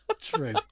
True